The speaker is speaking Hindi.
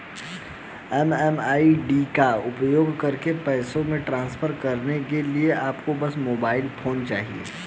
एम.एम.आई.डी का उपयोग करके पैसे ट्रांसफर करने के लिए आपको बस मोबाइल फोन चाहिए